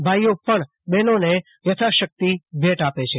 ભાઈઓ પણ બહેનોને યથાશક્તિ ભેટ આપે છે